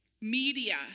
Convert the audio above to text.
Media